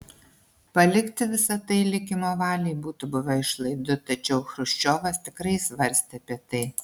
palikti visa tai likimo valiai būtų buvę išlaidu tačiau chruščiovas tikrai svarstė apie tai